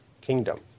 kingdom